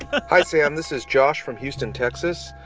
but hi, sam. this is josh from houston, texas.